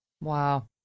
Wow